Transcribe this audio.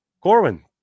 Corwin